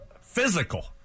physical